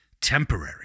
temporary